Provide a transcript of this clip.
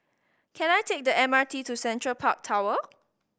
can I take the M R T to Central Park Tower